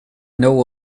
know